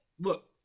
Look